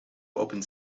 opened